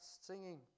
singing